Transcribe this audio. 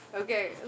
Okay